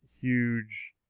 huge